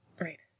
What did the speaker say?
right